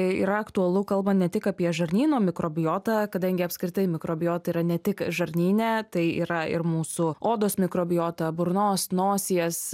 yra aktualu kalbant ne tik apie žarnyno mikrobiotą kadangi apskritai mikrobiota yra ne tik žarnyne tai yra ir mūsų odos mikrobiota burnos nosies